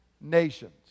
nations